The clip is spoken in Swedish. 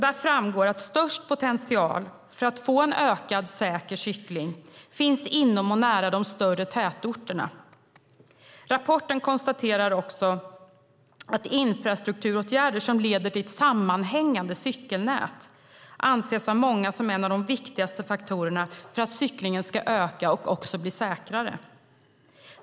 Där framgår att störst potential för att få en ökad säker cykling finns inom och nära de större tätorterna. Rapporten konstaterar också att infrastrukturåtgärder som leder till ett sammanhängande cykelnät av många anses som en av de viktigaste faktorerna för att cyklingen ska öka och också bli säkrare.